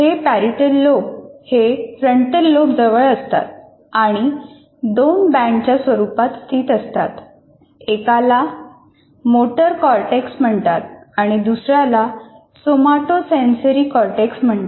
हे parietal lobe हे frontal lobe जवळ असतात आणि दोन बँडच्या स्वरूपात स्थित असतात एकाला मोटर कॉर्टेक्स म्हणतात आणि दुसर्याला सोमाटोसेन्झरी कॉर्टेक्स म्हणतात